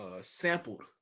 sampled